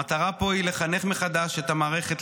המטרה פה היא לחנך מחדש את המערכת,